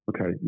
Okay